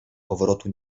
powrotu